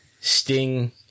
Sting